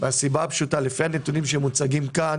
מהסיבה הפשוטה: לפי הנתונים שמוצגים כאן